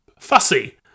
fussy